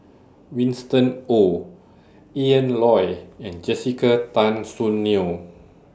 Winston Oh Ian Loy and Jessica Tan Soon Neo